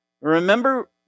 remember